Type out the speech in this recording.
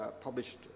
published